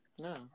No